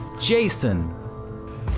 Jason